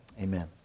Amen